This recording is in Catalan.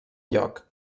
lloc